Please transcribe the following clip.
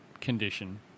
condition